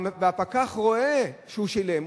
והפקח רואה שהוא שילם,